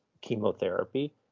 chemotherapy